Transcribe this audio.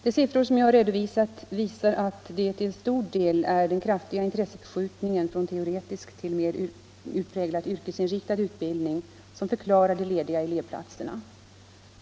De siffror jag har redovisat visar att det till stor del är den kraftiga intresseförskjutningen från teoretisk till mer utpräglat yrkesinriktad utbildning som förklarar de lediga elevplatserna.